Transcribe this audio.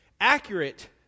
accurate